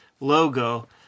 logo